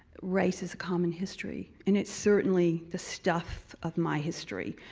race is a common history. and it's certainly the stuff of my history.